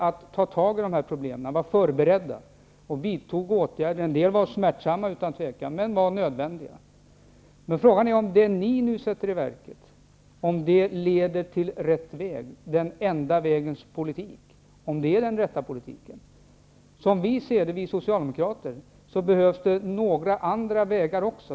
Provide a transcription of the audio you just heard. Vi började ta tag i problemen. Vi var förberedda och vidtog åtgärder. En del åtgärder var utan tvekan smärtsamma, men nödvändiga. Frågan är om det ni nu sätter i verket leder till rätt väg. Frågan är om den enda vägens politik är den rätta politiken. Som vi socialdemokrater ser det behövs det även några andra vägar.